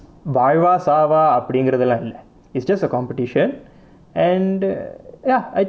வாழ்வா சாவா அப்படிங்குறது எல்லாம் இல்லை:vaazhva saavaa appadingurathu ellaam illai it's just a competition and ya